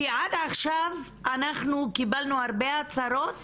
כי עד עכשיו אנחנו קיבלנו הרבה הצהרות